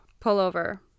pullover